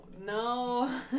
No